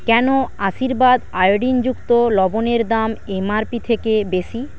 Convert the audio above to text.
কেন আশীর্বাদ আয়োডিনযুক্ত লবণের দাম এম আর পি থেকে বেশি